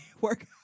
work